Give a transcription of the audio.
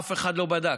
אף אחד לא בדק: